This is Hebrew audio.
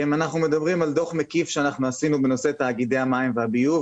אנחנו מדברים על דוח מקיף שאנחנו עשינו בנושא תאגידי המים והביוב,